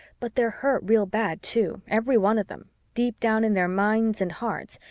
but they're hurt real bad too, every one of them, deep down in their minds and hearts,